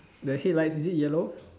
the headlights is it yellow